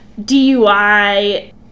DUI